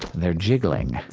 they're giggling.